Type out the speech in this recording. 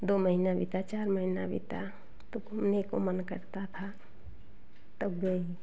दो महीना बीता चार महीना बीता तो घूमने को मन करता था तब गई